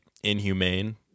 inhumane